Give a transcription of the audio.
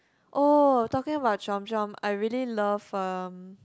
oh talking about chomp-chomp I really love um